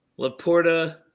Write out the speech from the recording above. Laporta